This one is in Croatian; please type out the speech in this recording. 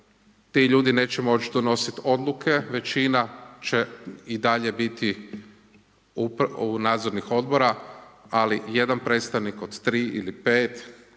ti ljudi neće moć donosit odluke većina će i dalje biti u nadzornih odbora, ali jedan predstavnik od tri ili pet